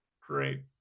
Great